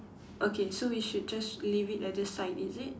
okay so we should just leave it at the side is it